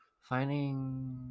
finding